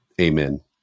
Amen